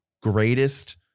greatest